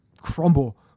crumble